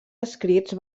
escrits